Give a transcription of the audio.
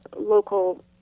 local